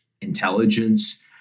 intelligence